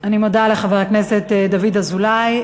אני מודה לחבר הכנסת דוד אזולאי.